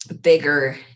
bigger